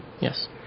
Yes